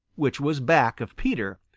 which was back of peter,